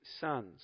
sons